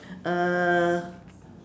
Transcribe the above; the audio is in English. uh